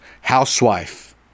housewife